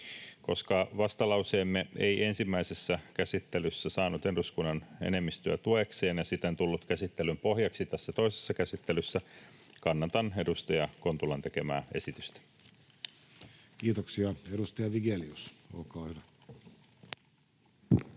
Koska vastalauseemme ei ensimmäisessä käsittelyssä saanut eduskunnan enemmistöä tuekseen ja siten tullut käsittelyn pohjaksi tässä toisessa käsittelyssä, kannatan edustaja Kontulan tekemää esitystä. [Speech 210] Speaker: Jussi Halla-aho